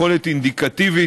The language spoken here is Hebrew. יכולת אינדוקטיבית,